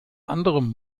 anderem